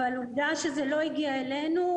אבל העובדה שזה לא הגיע אלינו,